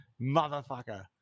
Motherfucker